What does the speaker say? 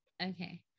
Okay